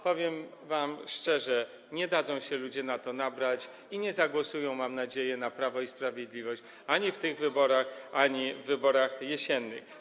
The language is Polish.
Powiem wam szczerze, że nie dadzą się ludzie na to nabrać i nie zagłosują, mam nadzieję, na Prawo i Sprawiedliwość ani w tych wyborach, ani w wyborach jesiennych.